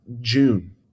June